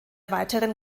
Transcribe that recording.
weiteren